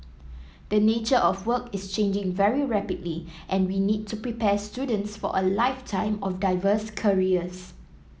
the nature of work is changing very rapidly and we need to prepare students for a lifetime of diverse careers